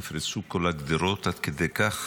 נפרצו כל הגדרות עד כדי כך